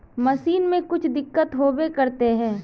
Machine में कुछ दिक्कत होबे करते है?